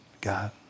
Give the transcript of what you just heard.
God